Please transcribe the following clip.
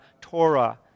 Torah